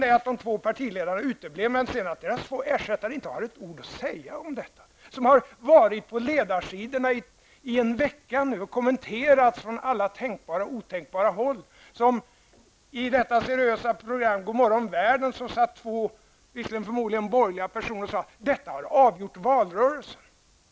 Först uteblev två partiledare, och sedan har deras ersättare dessutom inte ett ord att säga om detta som har varit på ledarsidorna under en vecka nu och har kommenterats från alla tänkbara och otänkbara håll. I det seriösa programmet Godmorgon världen satt två personer, visserligen var de förmodligen borgerliga, och sade att detta förslag har avgjort valrörelsen.